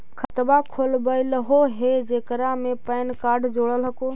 खातवा खोलवैलहो हे जेकरा मे पैन कार्ड जोड़ल हको?